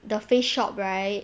The Face Shop right